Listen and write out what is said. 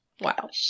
Wow